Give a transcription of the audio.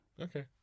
Okay